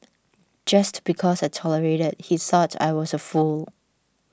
just because I tolerated he thought I was a fool